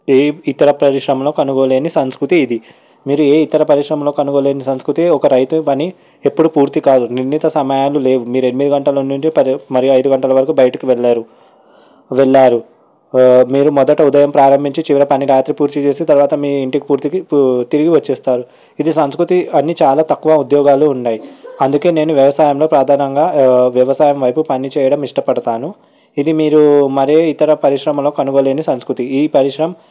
ఏ ఇతర పరిశ్రమలకు అనుకోలేని సంస్కృతి ఇది మీరు ఏ ఇతర పరిశ్రమలకు అనుకోలేని సంస్కృతి ఒక రైతు పని ఎప్పుడు పూర్తి కాదు నిర్ణిత సమయాలు లేవు మీరు ఎన్ని గంటలు నుండి మరియు ఐదు గంటల వరకు బయటకు వెళ్లరు వెళ్లారు మీరు మొదట ఉదయం ప్రారంభించి చివర పని రాత్రి పూర్తి చేసి తర్వాత మీ ఇంటికి పూర్తికి తిరిగి వచ్చేస్తారు ఇది సంస్కృతి అని చాలా తక్కువ ఉద్యోగాలు ఉన్నాయి అందుకే నేను వ్యవసాయంలో ప్రధానంగా వ్యవసాయం వైపు పనిచేయడం ఇష్టపడతాను ఇది మీరు మరి ఇతర పరిశ్రమంలో కనుగొలేని సంస్కృతి ఈ పరిశ్రమం